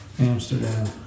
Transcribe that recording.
Amsterdam